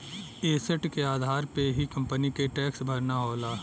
asset के आधार पे ही कंपनी के टैक्स भरना होला